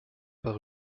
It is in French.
par